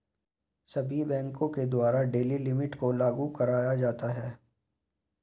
सभी बैंकों के द्वारा डेली लिमिट को लागू कराया जाता है